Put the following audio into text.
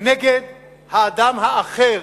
נגד האדם האחר,